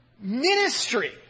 ministry